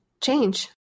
change